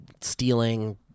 stealing